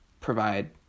provide